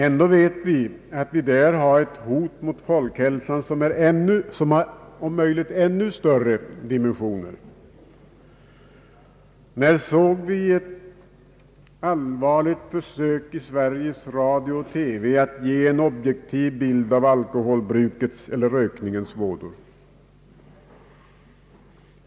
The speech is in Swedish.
Ändå vet vi att vi där har ett hot mot folkhälsan som har om möjligt ännu större dimensioner. När såg vi ett allvarligt försök i Sveriges Radio och TV att ge en objektiv bild av alkoholbrukets eller rökningens vådor?